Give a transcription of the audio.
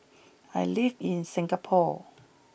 I live in Singapore